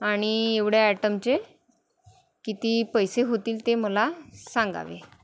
आणि एवढ्या ॲटमचे किती पैसे होतील ते मला सांगावे